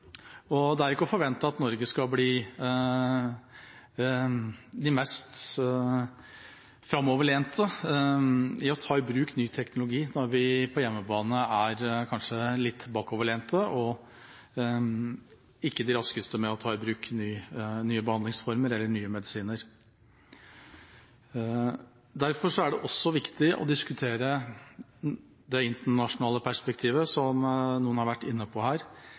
Det er ikke å forvente at Norge skal bli de mest framoverlente i å ta i bruk ny teknologi, når vi på hjemmebane kanskje er litt bakoverlente og ikke de raskeste med å ta i bruk nye behandlingsformer eller nye medisiner. Derfor er det også viktig å diskutere det internasjonale perspektivet, som noen har vært inne på her.